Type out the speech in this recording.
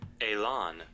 Elon